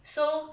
so